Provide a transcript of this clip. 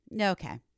okay